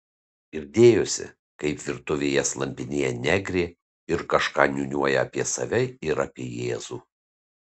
girdėjosi kaip virtuvėje slampinėja negrė ir kažką niūniuoja apie save ir apie jėzų